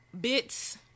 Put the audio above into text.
bits